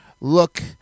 look